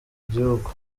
igihugu